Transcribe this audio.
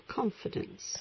confidence